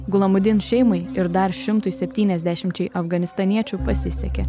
gulamudin šeimai ir dar šimtui septyniasdešimčiai afganistaniečių pasisekė